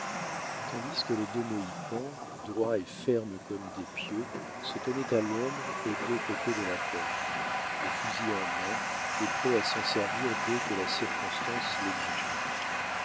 tandis que les deux mohicans droits et fermes comme des pieux se tenaient à l'ombre aux deux côtés de la porte le fusil en main et prêts à s'en servir dès que la circonstance l'exigerait